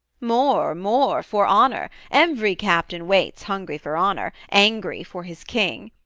more, more, for honour every captain waits hungry for honour, angry for his king.